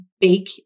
bake